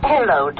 Hello